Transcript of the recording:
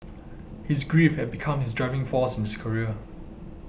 his grief had become his driving force in his career